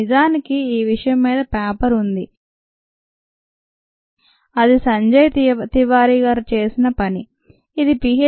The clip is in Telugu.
నిజానికి ఈ విషయం మీద పేపర్ ఉంది అది సంజయ్ తివారీ గారు చేసిన పని ఇది Ph